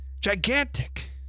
gigantic